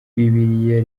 bibiliya